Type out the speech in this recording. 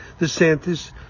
DeSantis